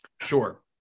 Sure